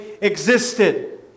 existed